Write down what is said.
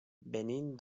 venint